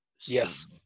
Yes